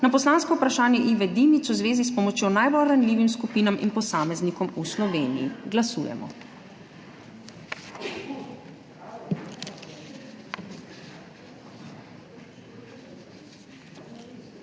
na poslansko vprašanje Ive Dimic v zvezi s pomočjo najbolj ranljivim skupinam in posameznikom v Sloveniji. Glasujemo.